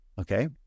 okay